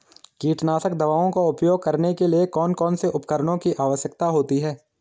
कीटनाशक दवाओं का उपयोग करने के लिए कौन कौन से उपकरणों की आवश्यकता होती है?